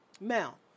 Mel